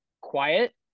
quiet